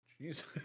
Jesus